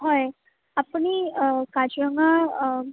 হয় আপুনি কাজিৰঙা